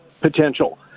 potential